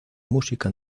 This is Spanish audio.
música